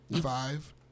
Five